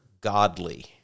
godly